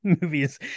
movies